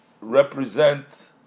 represent